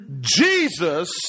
Jesus